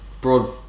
broad